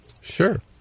Sure